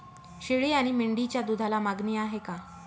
शेळी आणि मेंढीच्या दूधाला मागणी आहे का?